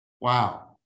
Wow